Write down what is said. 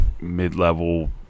Mid-level